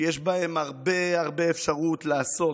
שיש בהם הרבה הרבה אפשרות לעשות.